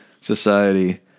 Society